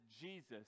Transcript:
Jesus